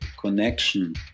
connection